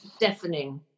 deafening